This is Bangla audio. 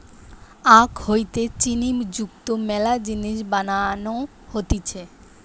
আখ হইতে চিনি যুক্ত মেলা জিনিস বানানো হতিছে